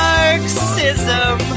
Marxism